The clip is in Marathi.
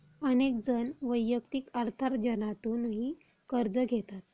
अनेक जण वैयक्तिक अर्थार्जनातूनही कर्ज घेतात